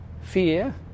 fear